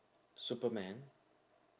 superman